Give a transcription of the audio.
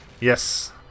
Yes